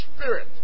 Spirit